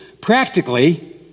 Practically